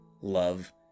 love